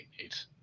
eight